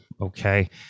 okay